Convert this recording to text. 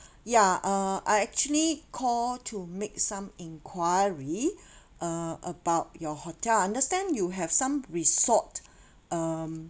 ya uh I actually call to make some inquiry uh about your hotel I understand you have some resort um